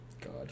God